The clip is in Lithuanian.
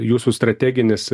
jūsų strateginis